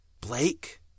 Blake